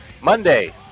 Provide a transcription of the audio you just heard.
Monday